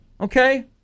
Okay